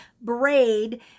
braid